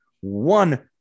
One